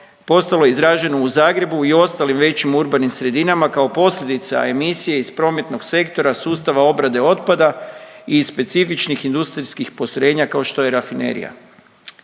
postalo izraženo u Zagrebu i ostalim većim urbanim sredinama kao posljedica emisije iz prometnog sektora sustava obrade otpada i specifičnih industrijskih postrojenja kao što je rafinerija.